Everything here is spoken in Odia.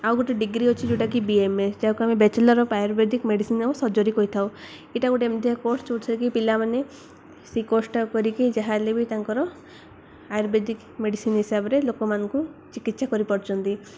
ଆଉ ଗୋଟେ ଡିଗ୍ରୀ ଅଛି ଯେଉଁଟାକି ବି ଏମ ଏ ଯାହାକୁ ଆମେ ବେଚଲର୍ ଅଫ୍ ଆୟୁର୍ବେଦିକ ମେଡ଼ିସିନ୍ ଆଉ ସଜରୀ କହିଥାଉ ଏଇଟା ଗୋଟେ ଏମିତିଆ କୋର୍ସ ଯେଉଁଥିରେକି ପିଲାମାନେ ସେଇ କୋର୍ସଟା କରିକି ଯାହାହେଲେ ବି ତାଙ୍କର ଆୟୁର୍ବେଦିକ ମେଡ଼ିସିନ୍ ହିସାବରେ ଲୋକମାନଙ୍କୁ ଚିକିତ୍ସା କରିପାରୁଛନ୍ତି